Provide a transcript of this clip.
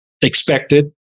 expected